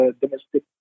domestic